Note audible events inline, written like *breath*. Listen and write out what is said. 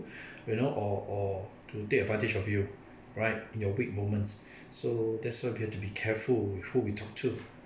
*breath* you know or or to take advantage of you right in your weak moments so that's why we have to be careful with who we talk to